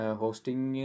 hosting